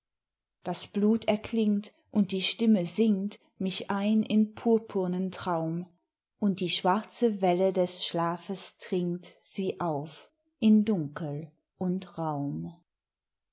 das blut erklingt und die stimme singt mich ein in purpurnen traum und die schwarze welle des schlafes trinkt sie auf in dunkel und raum